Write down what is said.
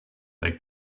they